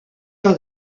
pas